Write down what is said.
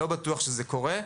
ולא בטוח שזה קורה.